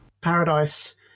paradise